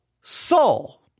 soul